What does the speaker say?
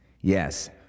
Yes